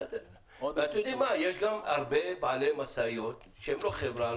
יש גם הרבה בעלי משאיות שהם לא חברה,